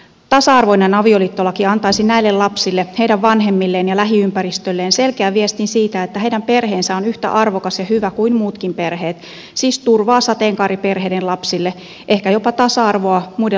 tasa arvoinen avioliittolaki antaisi näille lapsille heidän vanhemmilleen ja lähiympäristölleen selkeän viestin siitä että heidän perheensä on yhtä arvokas ja hyvä kuin muutkin perheet siis turvaa sateenkaariperheiden lapsille ehkä jopa tasa arvoa muiden lasten kanssa